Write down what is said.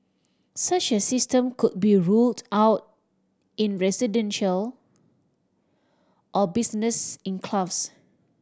such a system could be rolled out in residential or business enclaves